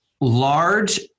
large